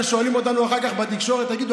ושואלים אותנו אחר כך בתקשורת: תגידו,